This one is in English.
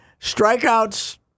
strikeouts